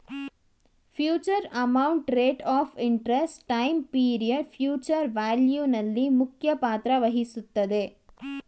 future amount, rate of interest, time period future value ನಲ್ಲಿ ಮುಖ್ಯ ಪಾತ್ರ ವಹಿಸುತ್ತದೆ